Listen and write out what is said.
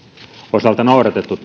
osalta noudatettu